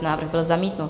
Návrh byl zamítnut.